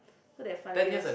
so that five years